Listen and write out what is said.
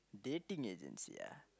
dating agency ah